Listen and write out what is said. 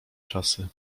czasy